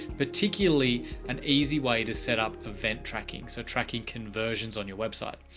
particularly an easy way to set up event tracking. so tracking conversions on your website.